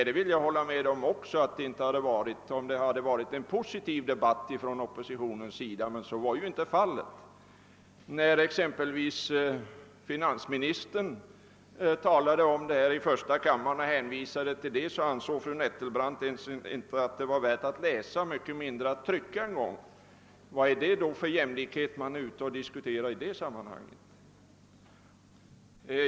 Det vill jag också hålla med om att det inte hade varit det, om man hade fört en positiv debatt från oppositionens sida, men så var ju inte fallet. När exempelvis finansministern talade i första kammaren, ansåg fru Nettelbrandt, att det inte ens var värt att läsa och mycket mindre värt att trycka. Vad är det för jämlikhet man diskuterar i det sammanhanget?